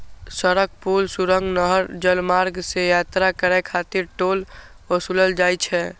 सड़क, पुल, सुरंग, नहर, जलमार्ग सं यात्रा करै खातिर टोल ओसूलल जाइ छै